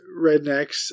rednecks